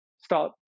start